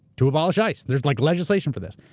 to abolish ice. there's like legislation for this.